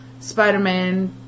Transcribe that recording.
Spider-Man